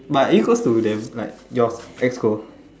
but equals to them like your exco